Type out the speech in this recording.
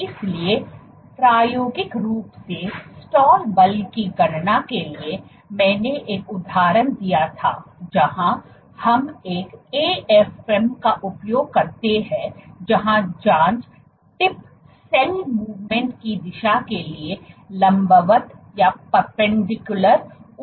इसलिए प्रायोगिक रूप से स्टाल बल की गणना के लिए मैंने एक उदाहरण दिया था जहां हम एक AFM का उपयोग करते हैं जहां जांच टिप सेल मूवमेंट की दिशा के लिए लंबवत उन्मुख थी